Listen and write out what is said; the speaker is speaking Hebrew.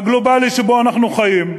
מבחינה גלובלית, שבו אנחנו חיים,